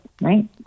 right